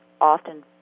often